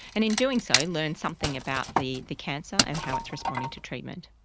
and in doing so and learn something about the the cancer and how it's responding to treatment.